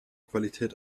qualität